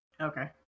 Okay